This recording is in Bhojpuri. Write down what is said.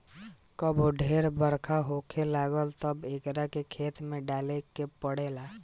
कबो ढेर बरखा होखे लागेला तब एकरा के खेत में डाले के पड़ेला